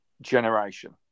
generation